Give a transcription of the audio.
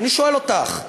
אני שואל אותך.